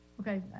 okay